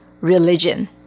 religion